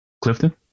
Clifton